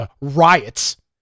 riots